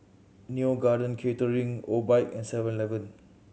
Neo Garden Catering Obike and Seven Eleven